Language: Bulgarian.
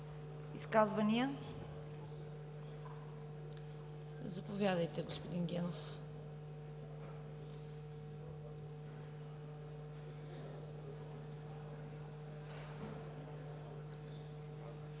Изказвания? Заповядайте, господин Генов.